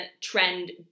trend